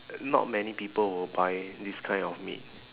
not many people will buy this kind of meat